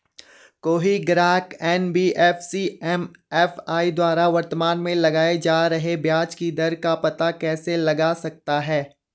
कोई ग्राहक NBFC MFI द्वारा वर्तमान में लगाए जा रहे ब्याज दर का पता कैसे लगा सकता है?